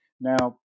Now